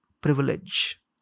privilege